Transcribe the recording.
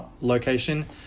location